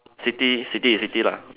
ci~ city is city lah